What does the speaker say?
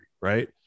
right